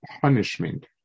punishment